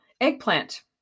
eggplant